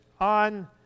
on